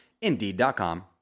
Indeed.com